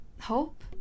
Hope